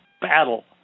battle